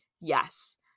Yes